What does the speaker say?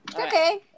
Okay